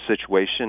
situation